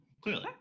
clearly